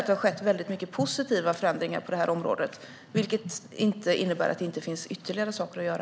Det har skett många positiva förändringar på det här området, men det finns förstås ytterligare saker att göra.